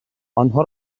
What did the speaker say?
آنها